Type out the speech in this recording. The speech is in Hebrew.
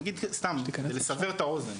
אני אגיד סתם כדי לסבר את האוזן,